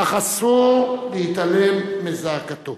אך אסור להתעלם מזעקתו.